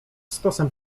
stosem